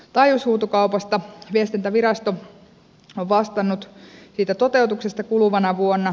viestintävirasto on vastannut siitä toteutuksesta kuluvana vuonna